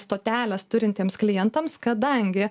stoteles turintiems klientams kadangi